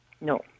No